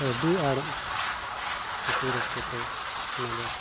ᱟᱹᱰᱤ ᱟᱲ ᱠᱩᱥᱤ ᱨᱟᱹᱥᱠᱟᱹᱛᱮ ᱚᱱᱟᱫᱚ